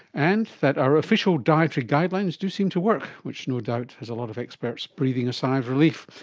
and that our official dietary guidelines do seem to work, which no doubt has a lot of experts breathing a sigh of relief.